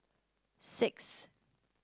six